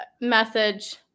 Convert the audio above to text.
message